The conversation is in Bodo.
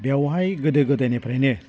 बेयावहाय गोदो गोदायनिफ्रायनो